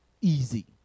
easy